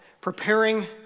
preparing